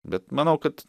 bet manau kad